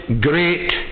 great